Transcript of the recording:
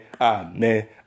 amen